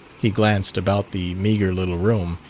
he glanced about the meagre little room.